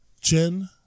Jen